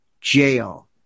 jail